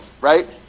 right